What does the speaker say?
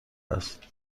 است